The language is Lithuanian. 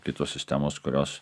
kitos sistemos kurios